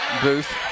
booth